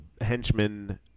henchmen